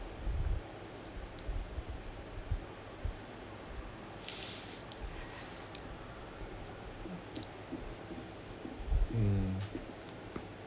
mm